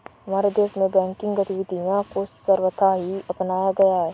हमारे देश में बैंकिंग गतिविधियां को सर्वथा ही अपनाया गया है